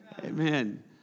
Amen